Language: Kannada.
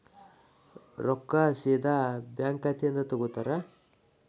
ರೊಕ್ಕಾ ಸೇದಾ ಬ್ಯಾಂಕ್ ಖಾತೆಯಿಂದ ತಗೋತಾರಾ?